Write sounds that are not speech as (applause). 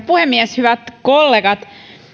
(unintelligible) puhemies hyvät kollegat